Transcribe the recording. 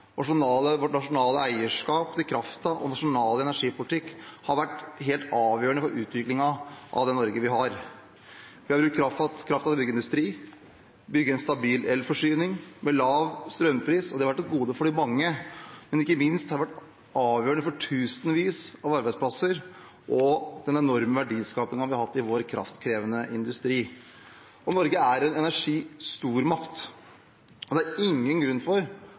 vårt nasjonale eierskap til kraften og nasjonal energipolitikk, har vært helt avgjørende for utviklingen av det Norge vi har. Vi har brukt kraften til å bygge industri, bygge en stabil elforsyning med lav strømpris, og det har vært et gode for de mange. Ikke minst har det vært avgjørende for tusenvis av arbeidsplasser og den enorme verdiskapingen vi har hatt i vår kraftkrevende industri. Norge er en energistormakt, og det er ingen grunn